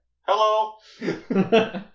Hello